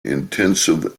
intensive